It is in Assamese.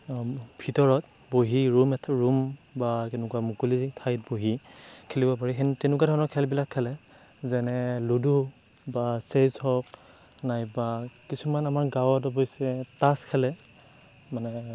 ভিতৰত বহি ৰুম এটা ৰুম বা তেনেকুৱা মুকলি ঠাইত বহি খেলিব পাৰি সেনে তেনেকুৱা ধৰণৰ খেলবিলাক খেলে যেনে লুডু বা চেছ হওক নাইবা কিছুমান আমাৰ গাঁৱত অৱশ্যে তাছ খেলে মানে